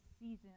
season